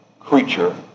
creature